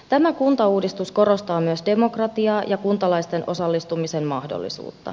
tämä kuntauudistus korostaa myös demokratiaa ja kuntalaisten osallistumisen mahdollisuutta